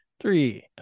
three